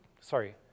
sorry